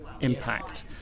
impact